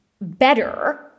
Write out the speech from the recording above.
better